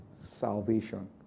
salvation